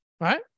right